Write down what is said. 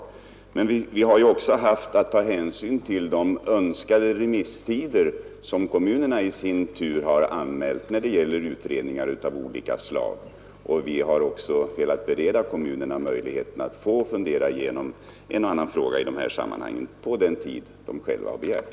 Men vi har ju också haft att ta hänsyn till de önskemål beträffande remisstiderna som kommunerna i sin tur har anmält när det gäller utredningar av olika slag, och vi har velat bereda kommunerna möjligheter att fundera igenom en och annan fråga i detta sammanhang under den tid som de själva begärt.